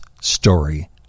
story